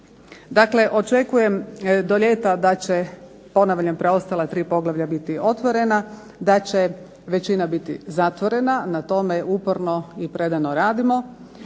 Dakle, očekujem do ljeta da će ponavljam preostala tri poglavlja biti otvorena, da će većina biti zatvorena, na tome uporno i predano radimo,